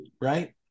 Right